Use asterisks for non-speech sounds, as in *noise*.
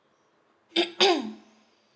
*coughs*